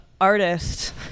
artist